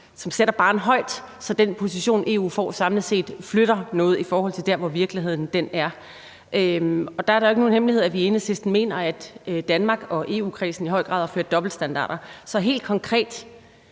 som sætter barren højt, så den position, som EU samlet set får, flytter noget i forhold til der, hvor virkeligheden er. Der er det jo ikke nogen hemmelighed, at vi i Enhedslisten mener, at Danmark og EU-kredsen i høj grad har ført dobbeltstandarder. Så helt konkret